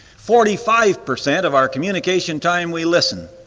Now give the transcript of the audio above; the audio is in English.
forty-five percent of our communication time we listen,